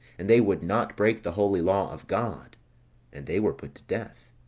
and they would not break the holy law of god and they were put to death